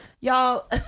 y'all